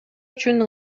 үчүн